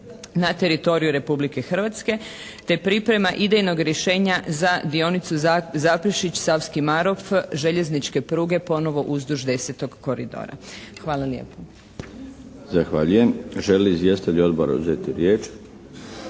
na teritoriju Republike Hrvatske te priprema idejnog rješenja za dionicu Zaprešić-Savski Marof željezničke pruge ponovo uzduž 10. koridora. Hvala lijepo. **Milinović, Darko (HDZ)** Zahvaljujem. Žele li izvjestitelji Odbora uzeti riječ?